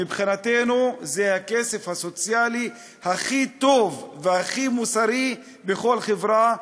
מבחינתנו זה הכסף הסוציאלי הכי טוב והכי מוסרי בכל חברה,